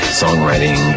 songwriting